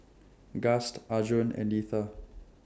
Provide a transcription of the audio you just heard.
Gust Arjun and Letha